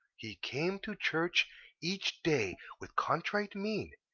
he came to church each day, with contrite mien,